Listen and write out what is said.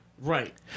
Right